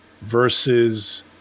versus